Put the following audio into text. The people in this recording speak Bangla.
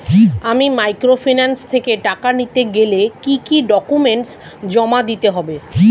আমি মাইক্রোফিন্যান্স থেকে টাকা নিতে গেলে কি কি ডকুমেন্টস জমা দিতে হবে?